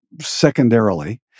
secondarily